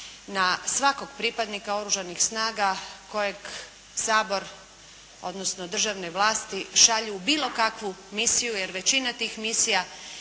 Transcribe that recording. na svakog pripadnika oružanih snaga kojeg Sabor odnosno državne vlasti šalju u bilo kakvu misiju jer većina tih misija